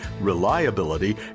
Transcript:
reliability